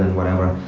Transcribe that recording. whatever.